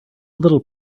little